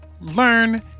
learn